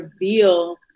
reveal